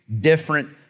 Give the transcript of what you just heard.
different